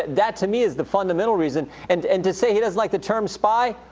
that to me is the fundamental reason, and and to say he doesn't like the term spy?